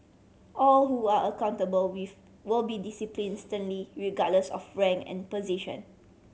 all who are accountable wave will be discipline sternly regardless of rank and position